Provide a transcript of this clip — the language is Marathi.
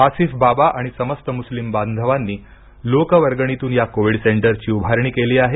आसिफ बाबा आणि समस्त मुस्लिम बांधवानी लोक वर्गणीतून या कोविड सेंटरची उभारणी केली आहे